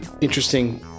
interesting